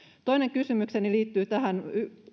toinen kysymykseni liittyy tähän